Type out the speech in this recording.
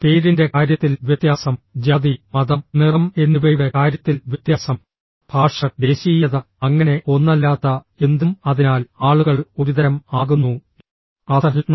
പേരിന്റെ കാര്യത്തിൽ വ്യത്യാസം ജാതി മതം നിറം എന്നിവയുടെ കാര്യത്തിൽ വ്യത്യാസം ഭാഷ ദേശീയത അങ്ങനെ ഒന്നല്ലാത്ത എന്തും അതിനാൽ ആളുകൾ ഒരുതരം ആകുന്നു അസഹിഷ്ണുത